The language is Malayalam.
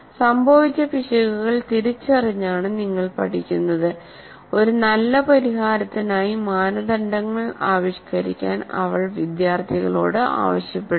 സംഭവിച്ച പിശകുകൾ തിരിച്ചറിഞ്ഞാണ് നിങ്ങൾ പഠിക്കുന്നത് ഒരു നല്ല പരിഹാരത്തിനായി മാനദണ്ഡങ്ങൾ ആവിഷ്കരിക്കാൻ അവൾ വിദ്യാർത്ഥികളോട് ആവശ്യപ്പെടുന്നു